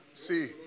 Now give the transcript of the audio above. See